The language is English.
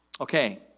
Okay